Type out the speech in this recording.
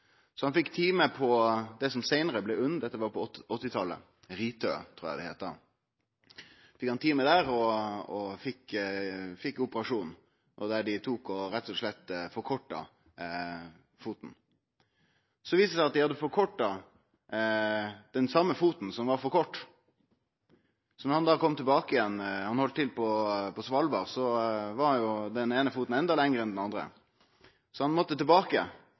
Han fekk time på det som seinare blei UNN – dette var på 1980-talet, RiTø trur eg det heitte då – og fekk operasjon, og dei tok rett og slett og forkorta foten. Det viste seg at dei hadde forkorta den foten som var for kort, så da han kom tilbake igjen – han heldt til på Svalbard – var jo den eine foten endå lengre enn den andre, så han måtte tilbake